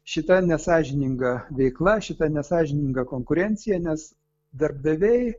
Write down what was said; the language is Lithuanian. šita nesąžininga veikla šita nesąžininga konkurencija nes darbdaviai